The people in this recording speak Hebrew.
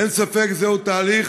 אין ספק שזה תהליך